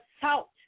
salt